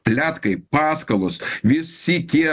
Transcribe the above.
pletkai paskalos visi tie